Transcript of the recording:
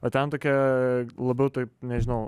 o ten tokia labiau taip nežinau